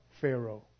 Pharaoh